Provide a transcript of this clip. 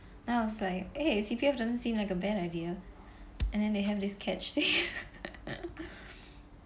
then I was like eh C_P_F doesn't seem like a bad idea and then they have this catch sa~